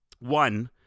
One